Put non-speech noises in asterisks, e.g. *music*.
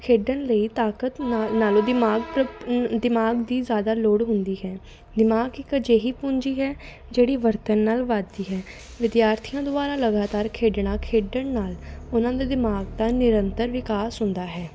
ਖੇਡਣ ਲਈ ਤਾਕਤ ਨਾ ਨਾਲੋਂ ਦਿਮਾਗ *unintelligible* ਦਿਮਾਗ ਦੀ ਜ਼ਿਆਦਾ ਲੋੜ ਹੁੰਦੀ ਹੈ ਦਿਮਾਗ ਇੱਕ ਅਜਿਹੀ ਪੂੰਜੀ ਹੈ ਜਿਹੜੀ ਵਰਤਣ ਨਾਲ ਵੱਧਦੀ ਹੈ ਵਿਦਿਆਰਥੀਆਂ ਦੁਆਰਾ ਲਗਾਤਾਰ ਖੇਡਣਾ ਖੇਡਣ ਨਾਲ ਉਹਨਾਂ ਦੇ ਦਿਮਾਗ ਦਾ ਨਿਰੰਤਰ ਵਿਕਾਸ ਹੁੰਦਾ ਹੈ